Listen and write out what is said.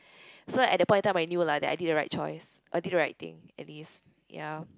so at the point in time I knew lah that I did the right choice I did the right thing at least ya